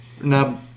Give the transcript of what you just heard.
Now